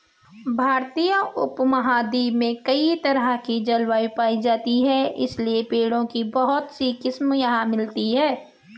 भारतीय उपमहाद्वीप में कई तरह की जलवायु पायी जाती है इसलिए पेड़ों की बहुत सी किस्मे यहाँ मिलती हैं